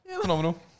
Phenomenal